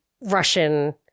Russian